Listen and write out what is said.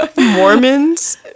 Mormons